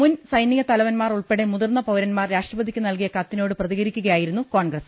മുൻ സൈനിക തലവന്മാർ ഉൾപ്പെടെ മുതിർന്ന പൌരന്മർ രാഷട്രപതിക്ക് നൽകിയ കത്തിനോട് പ്രതികരിക്കുകയായിരുന്നു കോൺഗ്രസ്